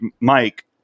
Mike